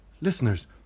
Listeners